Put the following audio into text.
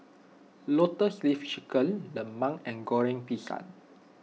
Lotus Leaf Chicken Lemang and Goreng Pisang